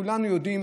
כולנו יודעים